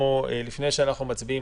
לפני שאנחנו מצביעים,